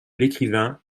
l’écrivain